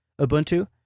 Ubuntu